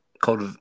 called